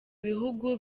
bihugu